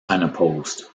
unopposed